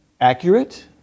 Accurate